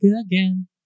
again